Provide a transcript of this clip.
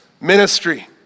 ministry